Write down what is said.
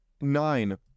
nine